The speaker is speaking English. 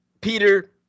Peter